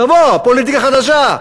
תבוא הפוליטיקה החדשה.